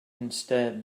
instead